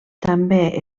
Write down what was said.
també